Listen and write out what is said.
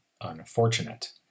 unfortunate